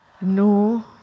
No